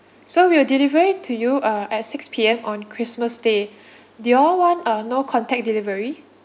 so we will deliver it to you uh at six P_M on christmas day do you all want uh no contact delivery